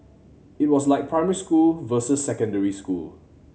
it was like primary school versus secondary school